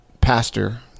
pastor